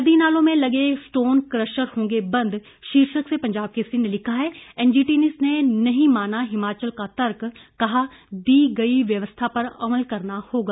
नदी नालों में लगे स्टोन क्रशर होंगे बंद शीर्षक से पंजाब केसरी ने लिखा है एनजीटी ने नहीं माना हिमाचल का तर्क कहा दी गई व्यवस्था पर अमल करना होगा